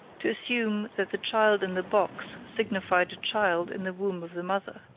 to assume that the child in the box signified a child in the womb of the mother.